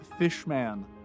Fishman